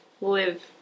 live